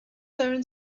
learned